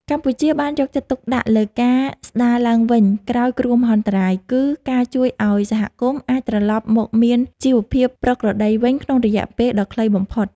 កម្ពុជាបានយកចិត្តទុកដាក់លើការស្តារឡើងវិញក្រោយគ្រោះមហន្តរាយ គឺការជួយឱ្យសហគមន៍អាចត្រឡប់មកមានជីវភាពប្រក្រតីវិញក្នុងរយៈពេលដ៏ខ្លីបំផុត។